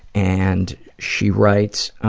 and she writes